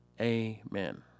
Amen